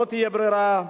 לא תהיה ברירה.